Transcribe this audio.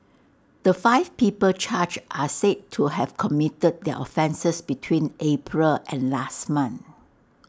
the five people charged are said to have committed their offences between April and last month